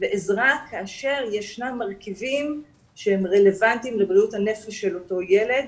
ועזרה כאשר ישנם מרכיבים שהם רלוונטיים לבריאות הנפש של אותו ילד,